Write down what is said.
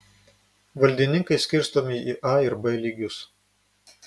valdininkai skirstomi į a ir b lygius